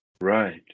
Right